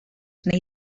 wnei